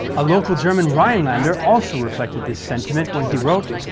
a local german rhinelander also reflected this sentiment when he wrote